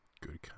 Good